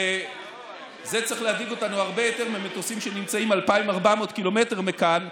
וזה צריך להדאיג אותנו הרבה יותר ממטוסים שנמצאים 2,400 קילומטר מכאן,